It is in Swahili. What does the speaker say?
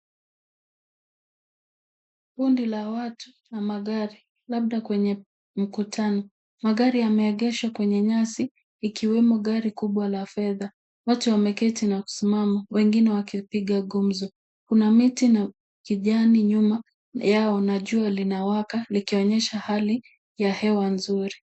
Kundi la watu na magari labda kwenye mkutano. Magari yameegeshwa kwenye nyasi ikiwemo gari kubwa la fedha. Watu wameketi na kusimama wengine wakipiga gumzo. Kuna miti la kijani nyuma na jua limewaka likionyesha hali ya hewa nzuri.